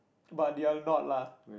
but they're not lah